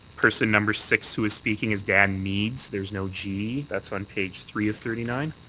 person number six who is speaking is dan meads, there's no g. that's on page three of thirty nine.